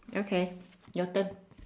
okay your turn